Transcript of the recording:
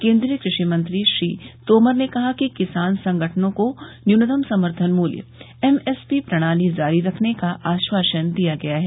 केंद्रीय कृषि मंत्री श्री तोमर ने कहा कि किसान संगठनों को न्यूनतम समर्थन मूल्य एमएसपी प्रणाली जारी रखने का आश्वासन दिया गया है